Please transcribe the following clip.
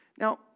Now